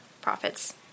profit's